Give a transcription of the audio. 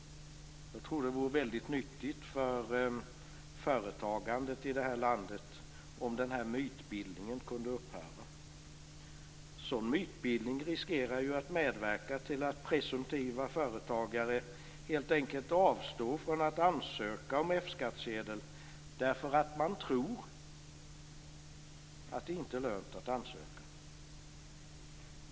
Jag tror att de vore väldigt nyttigt för företagandet i det här landet om denna mytbildning kunde upphöra. En sådan mytbildning riskerar ju att medverka till att presumtiva företagare helt enkelt avstår från att ansöka om F-skattsedel för att man tror att det inte är lönt att ansöka.